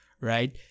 Right